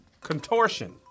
Contortion